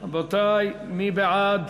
רבותי, מי בעד?